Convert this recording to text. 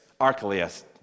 Archelaus